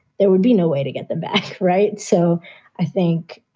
there would be no way to get them back. right. so i think.